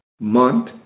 month